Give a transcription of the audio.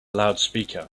loudspeaker